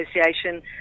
Association